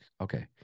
okay